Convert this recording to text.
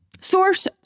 source